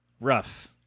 rough